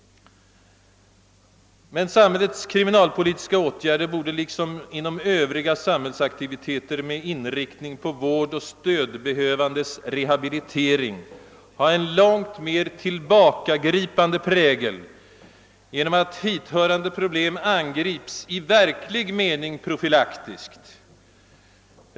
Men samhällets kriminalpolitiska åtgärder borde, liksom övriga samhällsaktiviteter med inriktning på vårdoch stödbehövandes rehabilitering, ha en långt mer tillbakagripande karaktär genom att problemen angrips i verklig mening profylaktiskt.